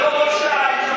זה לא ראש העין.